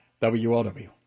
WLW